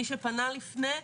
מי שפנה לפני,